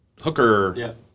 Hooker